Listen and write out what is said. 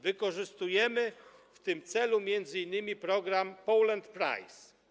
Wykorzystujemy w tym celu m.in. program Poland Prize.